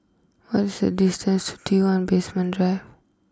what is the distance to T one Basement Drive